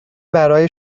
برای